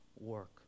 work